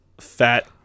fat